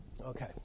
Okay